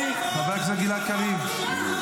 כשאתם דיברתם השר לא הפריע לכם.